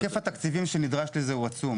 אבל היקף התקציבים שנדרש לזה הוא עצום,